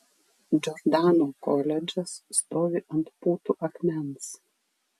džordano koledžas stovi ant putų akmens